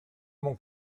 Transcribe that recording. mon